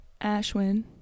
Ashwin